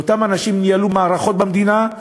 ואותם אנשים ניהלו מערכות במדינה,